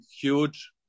huge